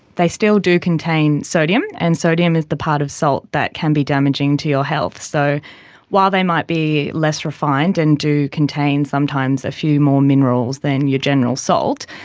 they still do contain sodium, and sodium is the part of salt that can be damaging to your health. so while they might be less refined and do contain sometimes a few more minerals than your general salt,